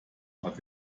hat